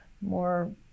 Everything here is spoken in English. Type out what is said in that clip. more